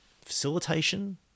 Facilitation